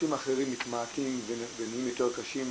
שירותים אחרים מתמעטים ונהיים יותר קשים,